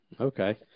Okay